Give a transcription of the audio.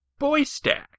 Boystack